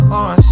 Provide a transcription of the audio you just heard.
on